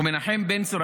ומנחם בן צור,